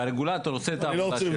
והרגולטור עושה את העבודה שלו.